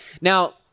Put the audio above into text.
Now